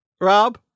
Rob